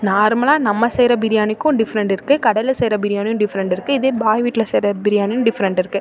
நார்மலாக நம்ம செய்கிற பிரியாணிக்கும் டிஃப்ரெண்ட் இருக்குது கடையில் செய்கிற பிரியாணியும் டிஃப்ரெண்ட் இருக்குது இதே பாய் வீட்டில் செய்கிற பிரியாணியும் டிஃப்ரெண்ட் இருக்குது